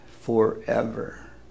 forever